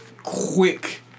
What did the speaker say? Quick